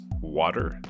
Water